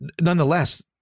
nonetheless